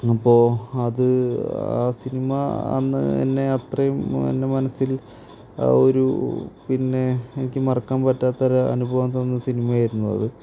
അപ്പോള് അത് ആ സിനിമ അന്ന് എന്നെ അത്രയും എൻ്റെ മനസ്സിൽ ഒരു പിന്നെ എനിക്ക് മറക്കാൻ പറ്റാത്ത ഒരനുഭവം തന്ന സിനിമയായിരുന്നു അത്